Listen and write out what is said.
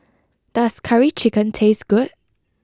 does Curry Chicken taste good